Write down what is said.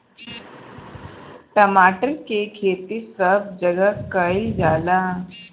टमाटर के खेती सब जगह कइल जाला